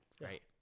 right